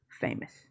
famous